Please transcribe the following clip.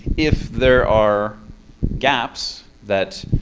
if there are gaps that